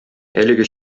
әлеге